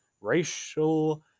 racial